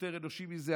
יותר אנושי מזה.